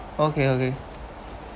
okay okay